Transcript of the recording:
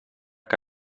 que